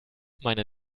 meine